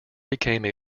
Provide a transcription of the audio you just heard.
became